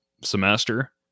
semester